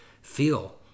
feel